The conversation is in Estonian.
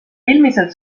eelmisel